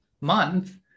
month